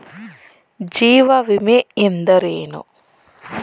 ಜೀವ ವಿಮೆ ಎಂದರೇನು?